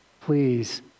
please